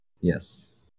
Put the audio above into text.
Yes